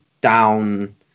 down